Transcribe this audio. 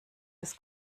des